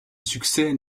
succès